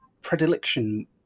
predilection